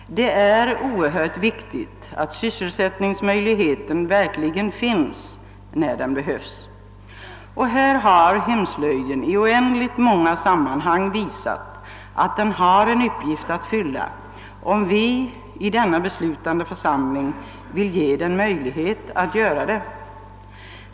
Det är oerhört viktigt att sysselsättningsmöjligheten verkligen finns när den behövs. Här har hemslöjden i oändligt många sammanhang visat att den har en uppgift att fylla om vi i denna beslutande församling vill ge den möjlighet härtill.